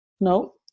no